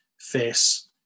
face